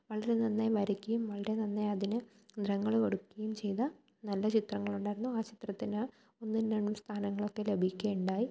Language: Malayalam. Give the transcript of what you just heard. വളരെ നന്നായി വരയ്ക്കുകയും വളരെ നന്നായി അതിന് നിറങ്ങള് കൊടുക്കുകയും ചെയ്ത നല്ല ചിത്രങ്ങളുണ്ടായിരുന്നു ആ ചിത്രത്തിന് ഒന്നും രണ്ടും സ്ഥാനങ്ങളൊക്കെ ലഭിക്കുകയുണ്ടായി